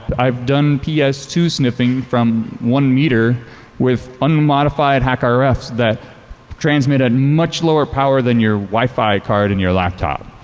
i have done p s two sniffing from one meter with unmodified hack ah rfs that transmit a much lower power than your wi-fi card in your laptop.